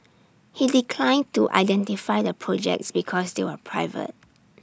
he declined to identify the projects because they were private